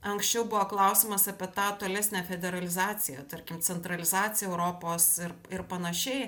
anksčiau buvo klausimas apie tą tolesnę federalizaciją tarkim centralizaciją europos ir ir panašiai